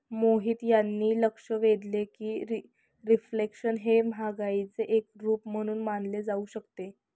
मोहित यांनी लक्ष वेधले की रिफ्लेशन हे महागाईचे एक रूप म्हणून मानले जाऊ शकते